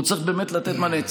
והוא צריך באמת לתת מענה.